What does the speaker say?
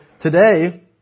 today